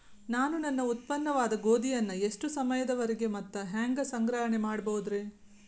ನಾನು ನನ್ನ ಉತ್ಪನ್ನವಾದ ಗೋಧಿಯನ್ನ ಎಷ್ಟು ಸಮಯದವರೆಗೆ ಮತ್ತ ಹ್ಯಾಂಗ ಸಂಗ್ರಹಣೆ ಮಾಡಬಹುದುರೇ?